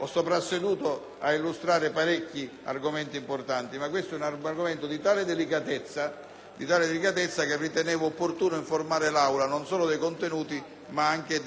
di tale delicatezza che ritenevo opportuno informarne l'Aula, non solo in merito ai contenuti, ma anche alla genesi del provvedimento proposto. [DELLA